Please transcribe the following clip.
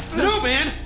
no man.